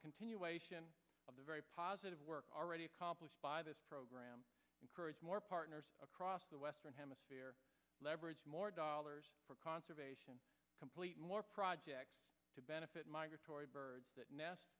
continuation of the very positive work already accomplished by this program encourage more partners across the western hemisphere leverage more dollars for conservation complete more projects to benefit migratory birds